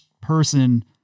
person